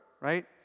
right